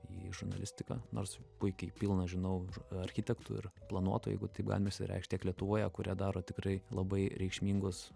į žurnalistiką nors puikiai pilna žinau ir architektų ir planuotojų jeigu taip galima išsireikšt tiek lietuvoje kurie daro tikrai labai reikšmingus